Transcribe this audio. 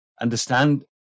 understand